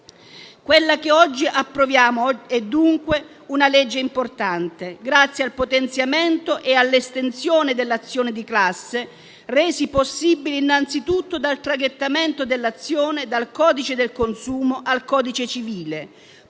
Quella che oggi approviamo è dunque una legge importante, grazie al potenziamento e all'estensione dell'azione di classe, resi possibili innanzitutto dal traghettamento dell'azione dal codice del consumo al codice civile.